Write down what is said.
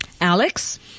Alex